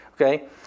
Okay